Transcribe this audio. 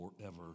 forever